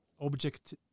object